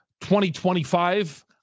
2025